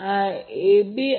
∆CA असेल